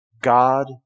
God